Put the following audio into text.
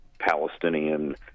Palestinian